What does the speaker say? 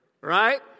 right